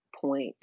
point